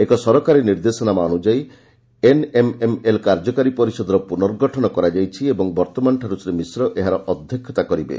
ଏକ ସରକାରୀ ନିର୍ଦ୍ଦେଶନାମା ଅନୁଯାୟୀ ଏନ୍ଏମ୍ଏମ୍ଏଲ୍ କାର୍ଯ୍ୟକାରୀ ପରିଷଦର ପୁନର୍ଗଠନ କରାଯାଇଛି ଏବଂ ବର୍ତ୍ତମାନଠାରୁ ଶ୍ରୀ ମିଶ୍ର ଏହାର ଅଧ୍ୟକ୍ଷତା କରିବେ